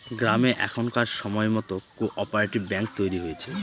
গ্রামে এখনকার সময়তো কো অপারেটিভ ব্যাঙ্ক তৈরী হয়েছে